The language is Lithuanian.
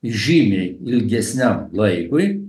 žymiai ilgesniam laikui